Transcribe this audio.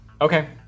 Okay